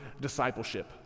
discipleship